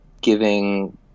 giving